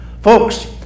Folks